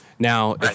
Now